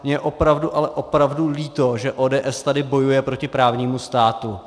Mně je opravdu, ale opravdu líto, že ODS tady bojuje proti právnímu státu.